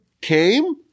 came